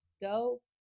go